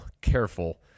careful